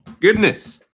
goodness